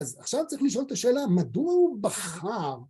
אז עכשיו צריך לשאול את השאלה, מדוע הוא בחר?